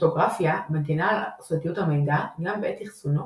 קריפטוגרפיה מגינה על סודיות המידע גם בעת אחסונו